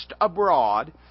abroad